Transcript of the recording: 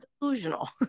delusional